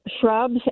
shrubs